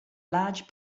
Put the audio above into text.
large